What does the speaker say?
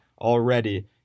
already